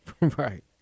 right